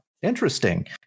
Interesting